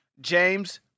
James